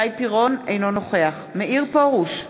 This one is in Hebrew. אינו נוכח מאיר פרוש,